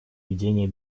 ведения